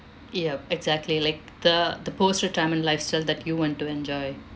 yup exactly like the the post retirement lifestyle that you want to enjoy